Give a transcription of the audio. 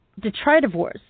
detritivores